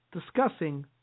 discussing